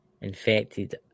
infected